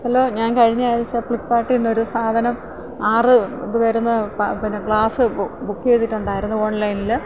hello ഞാൻ കഴിഞ്ഞ ആഴ്ച ഫ്ലിപ്പ്കാർട്ടിന്നൊരു സാധനം ആറ് ഇത് വരുന്ന പിന്നെ ഗ്ലാസ് ബുക്ക് ചെയ്തിട്ടുണ്ടായിരുന്നു ഓൺലൈൻൽ